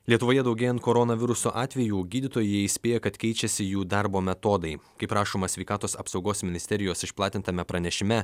lietuvoje daugėjant koronaviruso atvejų gydytojai įspėja kad keičiasi jų darbo metodai kaip rašoma sveikatos apsaugos ministerijos išplatintame pranešime